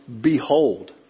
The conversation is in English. behold